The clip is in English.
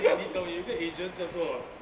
你懂有一个 asian 叫做